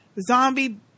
zombie